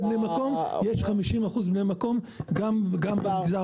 לגבי בני מקום יש 50% בני מקום גם במגזר